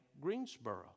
Greensboro